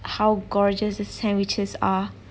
how gorgeous the sandwiches are